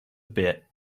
bit